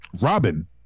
Robin